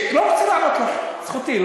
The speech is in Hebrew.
לא רוצה לענות לך, זכותי.